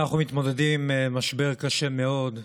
אנחנו מתמודדים עם משבר קשה מאוד,